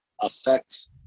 affect